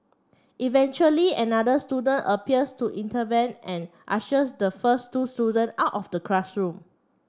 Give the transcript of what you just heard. eventually another student appears to intervene and ushers the first two student out of the classroom